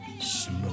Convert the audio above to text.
slow